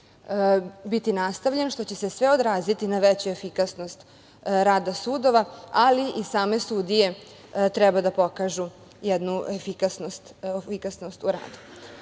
biti nastavljen, što će se sve odraziti na veću efikasnost rada sudova, ali i same sudije treba da pokažu jednu efikasnost u radu. Od